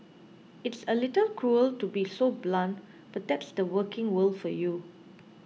it's a little cruel to be so blunt but that's the working world for you